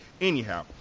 Anyhow